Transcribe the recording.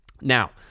Now